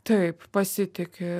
taip pasitiki